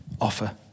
offer